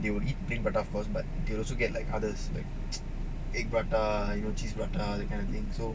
you will eat drink but of course but you also get like others like egg prata you will cheese but ah that kind of thing so